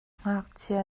ngakchia